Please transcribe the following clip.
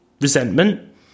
Resentment